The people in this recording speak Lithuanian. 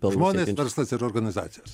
žmonės verslas ir organizacijos